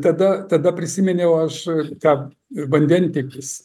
tada tada prisiminiau aš tą vandentiekis